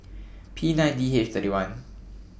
P nine D H thirty one